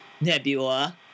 Nebula